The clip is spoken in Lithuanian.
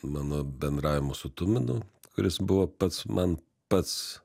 mano bendravimą su tuminu kuris buvo pats man pats